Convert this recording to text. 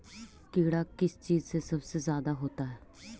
कीड़ा किस चीज से सबसे ज्यादा होता है?